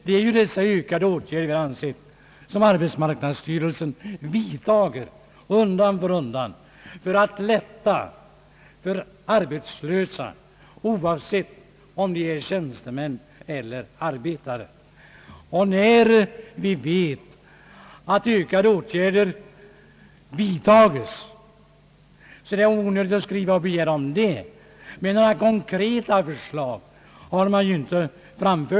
Det är ju ökade åtgärder, herr Per Jacobsson, som arbetsmarknadsstyrel sen undan för undan vidtager för att underlätta för de arbetslösa, oavsett om dessa är tjänstemän eller arbetare. När vi vet att ökade åtgärder vidtages, är det onödigt att skriva till regeringen därom. Några konkreta förslag har alltså reservanterna inte framfört.